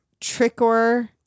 Trickor